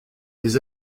les